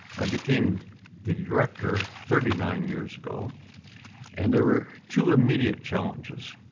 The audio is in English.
i became the director thirty nine years ago and there were two immediate challenges,